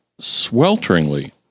swelteringly